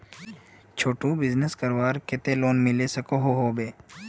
छोटो बिजनेस करवार केते लोन मिलवा सकोहो होबे?